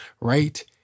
right